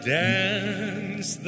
dance